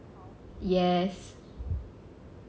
yes